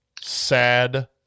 Sad